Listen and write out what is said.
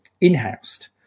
in-house